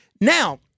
Now